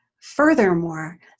furthermore